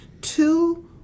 two